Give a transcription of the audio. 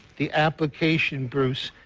the application, bruce,